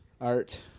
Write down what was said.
Art